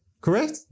Correct